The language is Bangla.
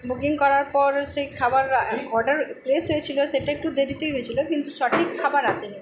বুকিং করার পর সেই খাবার অর্ডার প্লেস হয়েছিলো সেটা একটু দেরিতেই হয়েছিলো কিন্তু সঠিক খাবার আসে নি